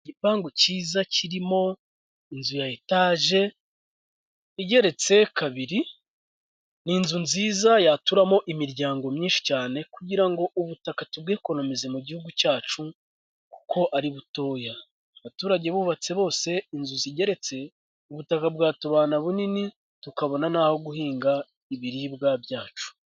Igipangu cyiza kirimo inzu ya etage igeretse kabiri, ni inzu nziza yaturamo imiryango myinshi cyane kugira ngo ubutaka tubwikonokomize mu gihugu cyacu kuko ari butoya, abaturage bubatse bose inzu zigeretse ubutaka bwatubana bunini tukabona n'aho guhinga ibiribwa byacu.